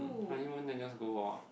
honeymoon then just go walk